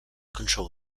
control